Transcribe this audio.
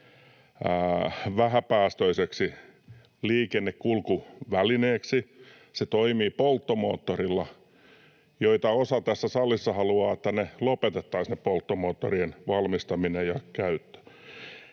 vähäpäästöiseksi liikennekulkuvälineeksi. Se toimii polttomoottorilla — joista osa tässä salissa haluaa, että lopetetaan polttomoottorien valmistaminen ja käyttö.